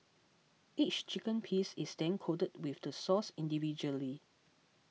each chicken piece is then coated with the sauce individually